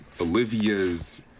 Olivia's